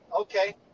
okay